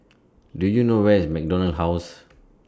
Do YOU know Where IS MacDonald House